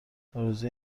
آرزوی